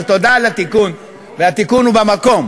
אבל תודה על התיקון, והתיקון הוא במקום.